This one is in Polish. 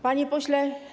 Panie Pośle!